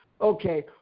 okay